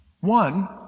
One